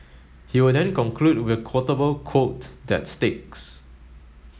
he will then conclude with a quotable quote that sticks